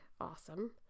Awesome